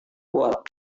kuat